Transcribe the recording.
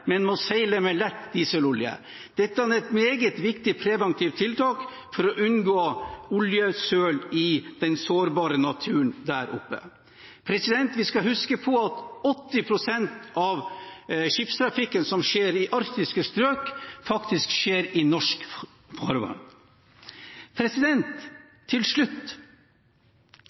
men må seile med lett dieselolje. Dette er et meget viktig preventivt tiltak for å unngå oljesøl i den sårbare naturen der oppe. Vi skal huske på at 80 pst. av skipstrafikken som skjer i arktiske strøk, faktisk skjer i norsk farvann. Til slutt: